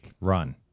Run